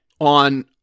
On